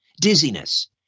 dizziness